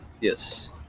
yes